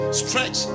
stretch